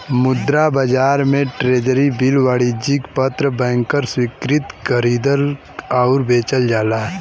मुद्रा बाजार में ट्रेज़री बिल वाणिज्यिक पत्र बैंकर स्वीकृति खरीदल आउर बेचल जाला